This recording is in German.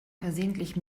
versehentlich